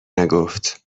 نگفت